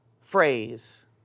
phrase